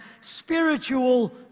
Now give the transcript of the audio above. spiritual